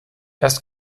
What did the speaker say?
erst